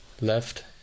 left